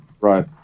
right